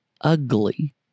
ugly